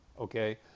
okay